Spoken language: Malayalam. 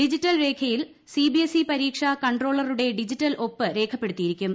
ഡിജിറ്റൽ രേഖയിൽ സിബിഎസ്ഇ പരീക്ഷ കൺട്രോളറുടെ ഡിജിറ്റൽ ഒപ്പ് രേഖപ്പെടുത്തിയിരിക്കും